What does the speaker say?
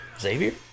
Xavier